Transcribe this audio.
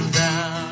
down